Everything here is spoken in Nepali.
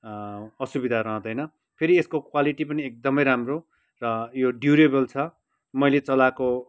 असुविधा रहँदैन फेरी एसको क्वालिटी पनि एकदमै राम्रो र यो ड्युरेबल छ मैले चलाएको